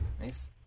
Nice